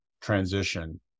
transition